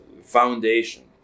foundation